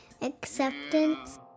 acceptance